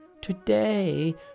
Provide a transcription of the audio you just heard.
Today